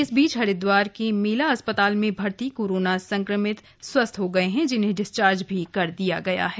इस बीच हरिद्वार के मेला अस्पताल में भर्ती कोरोना सवंमित स्वस्थ्य हो गये है जिन्हें डिस्चार्ज भी कर दिया गया है